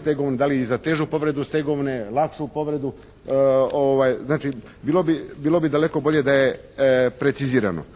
stegovni, da li i za težu povredu stegovne, lakšu povredu. Znači bilo bi daleko bolje da je precizirano.